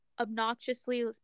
obnoxiously